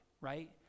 Right